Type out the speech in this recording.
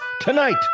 Tonight